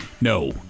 No